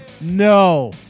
No